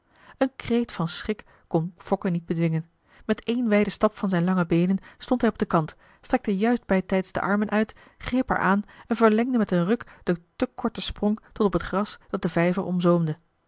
een kreet van schrik kon fokke niet bedwingen met één wijden stap van zijn lange beenen stond hij op den kant strekte juist bij tijds de armen uit greep haar aan en verlengde met een ruk den te korten sprong tot op het gras dat den vijver